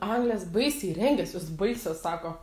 anglės baisiai rengiasi jos baisios sako